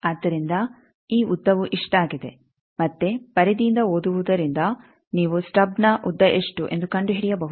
ಆದ್ದರಿಂದ ಈ ಉದ್ದವು ಇಷ್ಟಾಗಿದೆ ಮತ್ತೆ ಪರಿಧಿಯಿಂದ ಓದುವುದರಿಂದ ನೀವು ಸ್ಟಬ್ನ ಉದ್ದ ಎಷ್ಟು ಎಂದು ಕಂಡುಹಿಡಿಯಬಹುದು